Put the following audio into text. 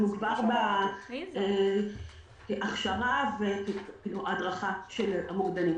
אנחנו כבר בהכשרה והדרכה של המוקדנים.